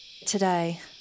today